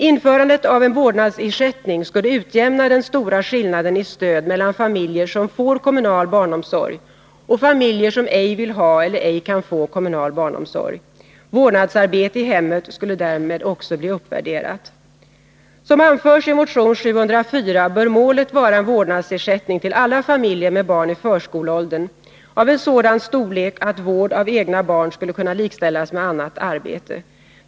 Införandet av en vårdnadsersättning skulle utjämna den stora skillnaden i stöd mellan familjer som får kommunal barnomsorg och familjer som ej vill ha eller ej kan få kommunal barnomsorg. Vårdnadsarbete i hemmet skulle därmed också bli uppvärderat. Som anförs i motion 704 bör målet vara en vårdnadsersättning till alla familjer med barn i förskoleåldern av en sådan storlek att vård av egna barn skulle kunna likställas med annat arbete.